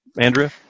Andrea